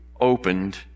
opened